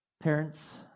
Parents